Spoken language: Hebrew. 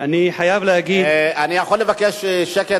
אני חייב להגיד, אני יכול לבקש שקט?